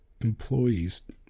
employees